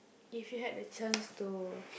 if you had the chance to